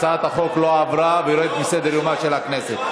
הצעת החוק לא עברה ויורדת מסדר-יומה של הכנסת.